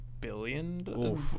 billion